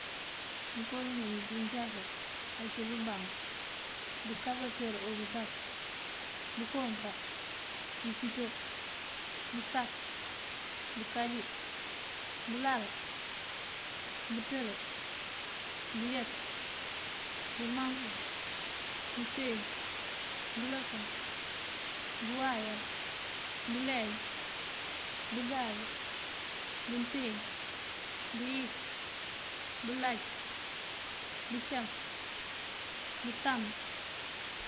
Mënko mimeemí ţí unjakú ací: bëbamb, bëkabaserá o bëbak, bëkoonkar, bëfito, bësak, bëkaju, bëlaará, bëţëli, bëyaţ, bëmankuŋ, bëseet, bëlofaŋ, bëwáayar, bëleej, bëŋáaŋ, bëntíin, bëyik, bëlaj, bëcám, bëtamb.